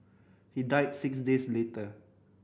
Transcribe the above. he died six days later